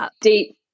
deep